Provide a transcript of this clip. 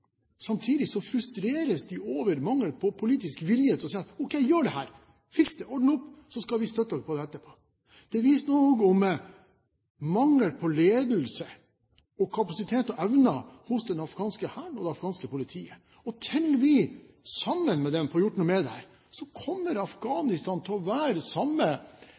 Samtidig frustreres de over mangel på politisk vilje til å si: Ok, gjør dette, fiks dette, ordne opp, så skal vi støtte dere etterpå! Det viser noe om mangel på ledelse, kapasitet og evner hos den afghanske hæren og det afghanske politiet. Til vi sammen med dem får gjort noe med dette, kommer Afghanistan til å være den samme